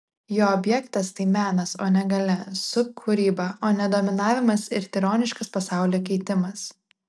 jo objektas tai menas o ne galia subkūryba o ne dominavimas ir tironiškas pasaulio keitimas